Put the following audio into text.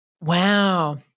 Wow